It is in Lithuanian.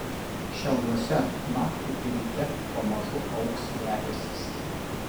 šiauliuose naktį ir ryte pamažu augs debesys